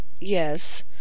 yes